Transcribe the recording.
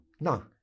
No